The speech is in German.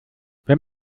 wenn